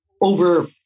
over-